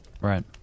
Right